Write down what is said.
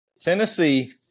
Tennessee